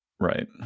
Right